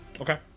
okay